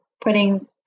putting